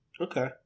Okay